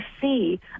see